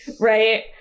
right